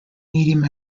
medium